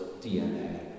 DNA